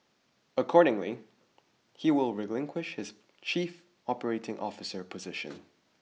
accordingly he will relinquish his chief operating officer position